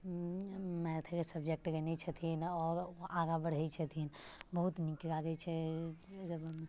Maithili subject लेने छथिन आओर आगाँ बढ़ैत छथिन बहुत नीक लागैत छै